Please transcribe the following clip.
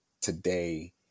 today